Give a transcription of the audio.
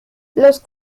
los